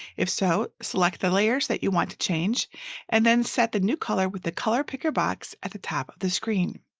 if so, select the layers that you want to change and then set the new color with the color picker box at the top of the screen.